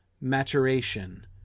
maturation